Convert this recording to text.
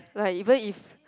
like even if